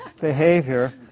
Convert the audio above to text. behavior